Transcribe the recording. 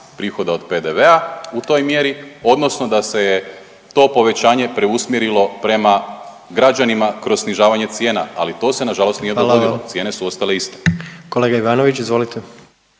prihoda od PDV-a u toj mjeri odnosno da se je to povećanje preusmjerilo prema građanima kroz snižavanje cijena, ali to se nažalost nije dogodilo …/Upadica: Hvala vam./… cijene su ostale iste.